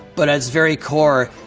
but at its very core,